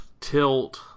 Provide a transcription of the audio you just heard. tilt